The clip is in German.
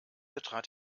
betrat